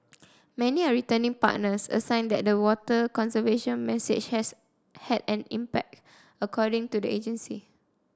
many are returning partners a sign that the water conservation message has had an impact according to the agency